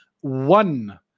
one